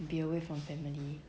would be away from family